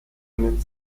einen